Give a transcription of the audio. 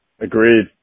agreed